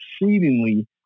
exceedingly